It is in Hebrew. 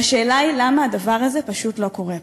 והשאלה היא למה הדבר הזה פשוט לא קורה פה,